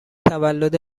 تولد